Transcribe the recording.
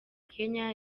kenya